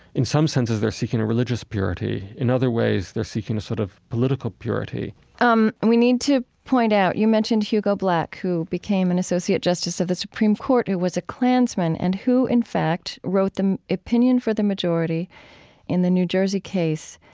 in some senses, they're seeking a religious purity. in other ways they're seeking a sort of political purity um, we need to point out you mentioned hugo black who became an associate justice of the supreme court who was a klansman and who in fact, wrote the opinion for the majority in the new jersey case,